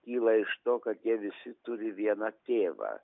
kyla iš to kad jie visi turi vieną tėvą